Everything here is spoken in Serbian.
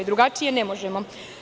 Drugačije ne možemo.